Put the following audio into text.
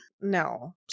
No